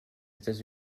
états